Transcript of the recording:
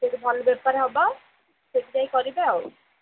ସେଇଠି ଭଲ ବେପାର ହେବ ସେଇଠି ଯାଇ କରିବେ ଆଉ